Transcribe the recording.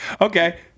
Okay